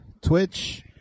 twitch